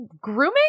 grooming